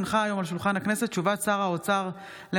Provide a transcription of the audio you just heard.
הונחה היום על שולחן הכנסת הודעת שר האוצר על